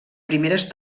primeres